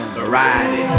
variety